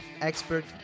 expert